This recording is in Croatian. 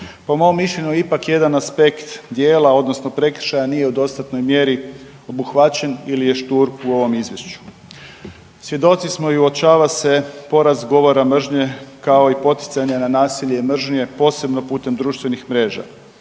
Po mom mišljenju ipak jedan aspekt dijela odnosno prekršaja nije u dostatnoj mjeri obuhvaćen ili je štur u ovom izvješću. Svjedoci smo i uočava se porast govora mržnje kao i poticanja na nasilje i mržnje posebno putem društvenih mreža.